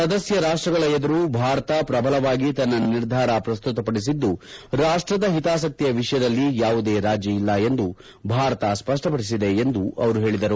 ಸದಸ್ಯ ರಾಷ್ಟಗಳ ಎದುರು ಭಾರತ ಪ್ರಭಲವಾಗಿ ತನ್ನ ನಿರ್ಧಾರ ಪ್ರಸ್ತುತಪದಿಸಿದ್ದು ರಾಷ್ಟದ ಹಿತಾಸಕ್ತಿಯ ವಿಷಯದಲ್ಲಿ ಯಾವುದೇ ರಾಜೀ ಇಲ್ಲ ಎಂದು ಭಾರತ ಸ್ಪಷ್ಟಪದಿಸಿದೆ ಎಂದು ಅವರು ಹೇಳಿದರು